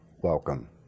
welcome